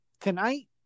tonight